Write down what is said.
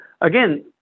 again